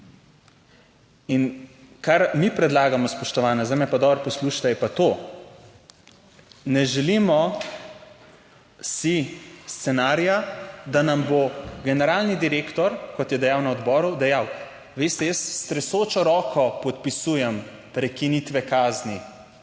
In kar mi predlagamo spoštovani, zdaj me pa dobro poslušajte, je pa to, ne želimo si scenarija, da nam bo generalni direktor, kot je dejal na odboru dejal, veste jaz s tresočo roko podpisujem prekinitve kazni,